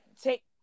take